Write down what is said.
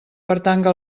pertanga